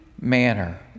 manner